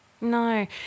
No